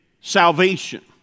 salvation